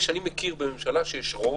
יש, אני מכיר בממשלה שיש רוב,